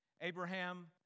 Abraham